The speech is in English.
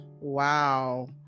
Wow